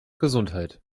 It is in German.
gesundheit